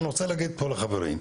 אני רוצה להגיד פה לחברים,